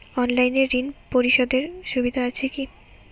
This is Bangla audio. অনলাইনে ঋণ পরিশধের সুবিধা আছে কি?